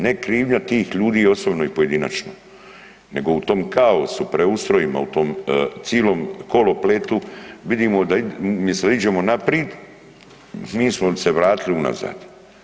Ne krivnja tih ljudi osobno i pojedinačno, nego u tom kaosu, preustrojima, u tom cilom kolopletu vidimo da umisto da iđemo naprid mi smo se vratiti unazad.